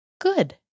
Good